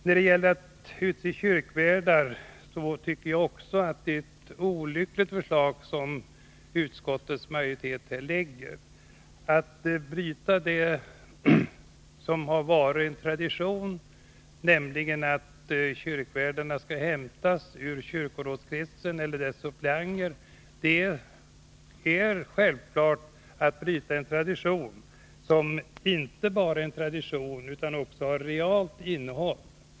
Utskottsmajoriteten lägger fram ett olyckligt förslag när det gäller utseende av kyrkvärdar. Härigenom bryts det som har varit en tradition, nämligen att kyrkvärdarna skall hämtas ur kyrkorådets krets eller bland dess suppleanter. Och det är självfallet inte bara fråga om att bryta en tradition, utan man förändrar också något som har ett reellt innehåll.